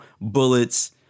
bullets